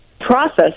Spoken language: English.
process